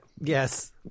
Yes